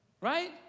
Right